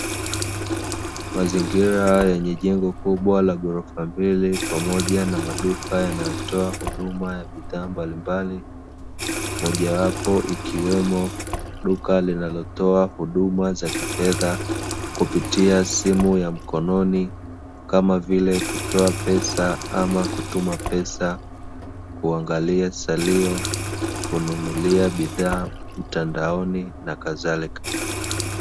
Mazingira yenye jengo kubwa la ghorofa mbili, pamoja na maduka yanayotoa huduma ya bidhaa mbalimbali, moja wapo ikiwemo duka linalotoa huduma za kifedha, kupitia simu ya mkononi kama vile kutoa pesa ama kutuma pesa, kuangalia salio, kununulia bidhaa mtandaoni na kadhalika.